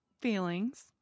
feelings